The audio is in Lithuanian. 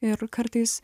ir kartais